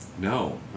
No